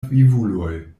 vivuloj